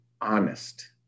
honest